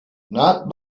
not